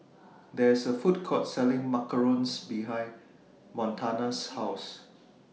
There IS A Food Court Selling Macarons behind Montana's House